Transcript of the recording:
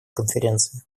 конференции